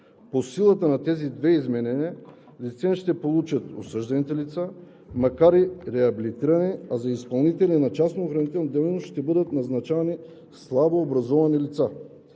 По силата на тези две изменения осъжданите лица наистина ще получат, макар и реабилитирани, а за изпълнители на частна охранителна дейност ще бъдат назначавани слабо образовани лица.